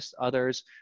others